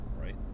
right